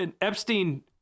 Epstein